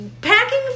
packing